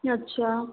अच्छा